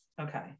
Okay